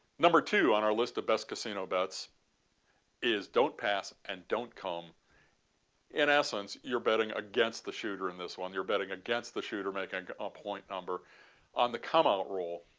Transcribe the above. number two on our list of best casino bets is don't pass and don't come in essence you're betting against the shooter in this one you're betting against the shooter making a point number on the come out roll.